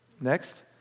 Next